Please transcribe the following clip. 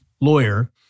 lawyer